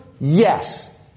Yes